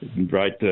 Right